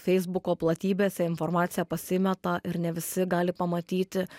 feisbuko platybėse informacija pasimeta ir ne visi gali pamatyti